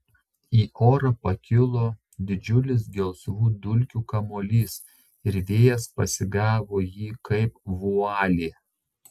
į orą pakilo didžiulis gelsvų dulkių kamuolys ir vėjas pasigavo jį kaip vualį